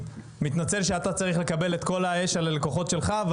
ומתנצל שאתה צריך לקבל את כל האש על הלקוחות שלך,